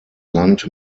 land